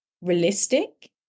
realistic